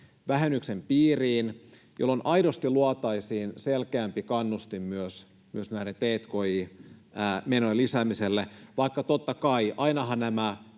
vähennyksen piiriin, jolloin aidosti luotaisiin selkeämpi kannustin myös näiden t&k&i-menojen lisäämiselle? Vaikka totta kai ainahan näissä